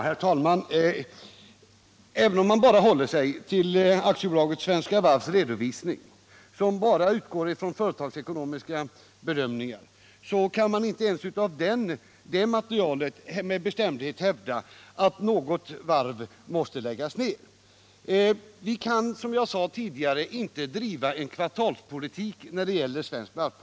Herr talman! Även om man enbart håller sig till Svenska Varvs redovisning, som bara utgår från företagsekonomiska bedömningar, så kan man inte ens utifrån det materialet med bestämdhet hävda att något varv måste läggas ner. Vi kan, som jag sade tidigare, inte driva en kvartalspolitik i fråga om de svenska varven.